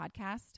podcast